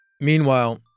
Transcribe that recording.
Meanwhile